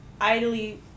idly